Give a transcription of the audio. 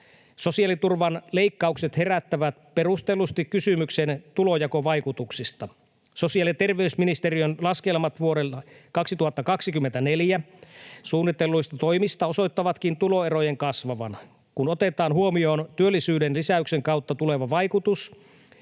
Sosiaaliturvan leikkaukset herättävät perustellusti kysymyksen tulonjakovaikutuksista. Sosiaali- ja terveysministeriön laskelmat vuodelle 2024 suunnitelluista toimista osoittavatkin tuloerojen kasvavan. Kun otetaan huomioon työllisyyden lisäyksen kautta tuleva vaikutus,